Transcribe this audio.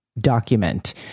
document